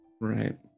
Right